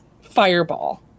Fireball